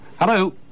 Hello